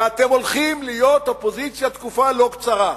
ואתם הולכים להיות אופוזיציה תקופה לא קצרה.